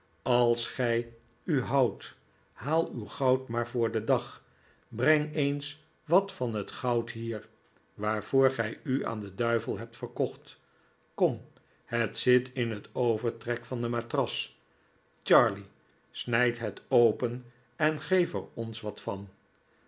als gij u houdt haal uw goud maar voor den dag breng eens wat van het goud hier waarvoor gij u aan den duivel hebt verkocht kom het zit in het overtrek van de matras charley snijd het open en geef er ons wat van